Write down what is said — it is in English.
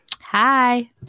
Hi